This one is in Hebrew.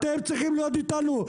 אתם צריכים להיות איתנו,